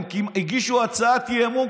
הם הגישו הצעת אי-אמון,